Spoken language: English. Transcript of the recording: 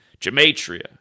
Gematria